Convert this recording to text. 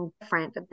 different